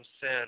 sin